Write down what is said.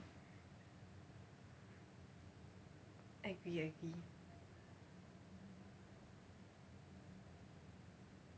agree agree